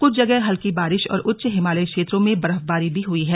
कुछ जगह हल्की बारिश और उच्च हिमालयी क्षेत्रों में बर्फबारी भी हुई है